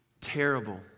terrible